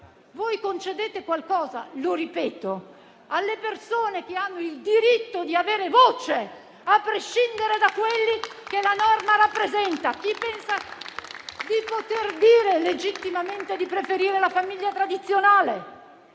non concedete qualcosa, ma alle persone che hanno il diritto di avere voce, a prescindere da quelli che la norma rappresenta, come chi pensa di poter dire legittimamente di preferire la famiglia tradizionale.